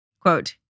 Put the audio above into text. Quote